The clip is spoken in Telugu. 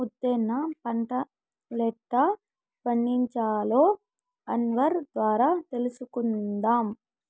ఉద్దేన పంటలెట్టా పండించాలో అన్వర్ ద్వారా తెలుసుకుందాం